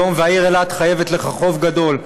והעיר אילת חייבת לך חוב גדול,